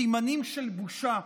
סימנים של בושה,